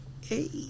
Hey